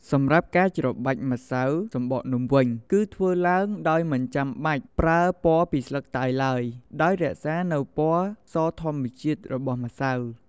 សម្រាប់ការច្របាច់ម្សៅសំបកនំវិញ គឺធ្វើឡើងដោយមិនចាំបាច់ប្រើពណ៌ពីស្លឹកតើយឡើយ ដោយរក្សានូវពណ៌សធម្មជាតិរបស់ម្សៅ។